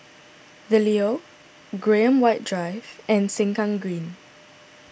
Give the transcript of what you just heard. the Leo Graham White Drive and Sengkang Green